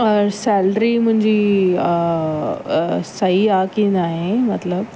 और सैलरी मुंहिंजी सही आहे की नाहे मतिलबु